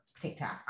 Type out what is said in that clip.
TikTok